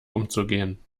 umzugehen